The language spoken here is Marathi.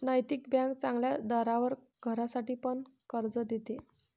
नैतिक बँक चांगल्या दरावर घरासाठी पण कर्ज देते